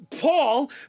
Paul